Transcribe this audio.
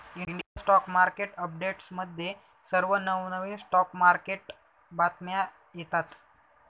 India stock market अपडेट्समध्ये सर्व नवनवीन स्टॉक मार्केट बातम्या येतात